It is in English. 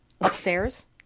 upstairs